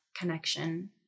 connection